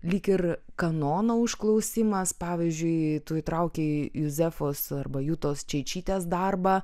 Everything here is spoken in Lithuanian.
lyg ir kanono užklausimas pavyzdžiui tu įtraukei juzefos arba jutos čeičytės darbą